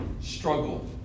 struggle